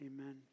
Amen